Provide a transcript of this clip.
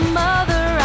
mother